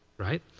right?